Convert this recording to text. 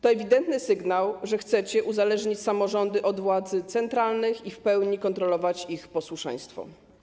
To ewidentny sygnał, że chcecie uzależnić samorządy od władz centralnych i w pełni kontrolować ich posłuszeństwo.